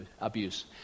abuse